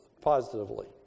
positively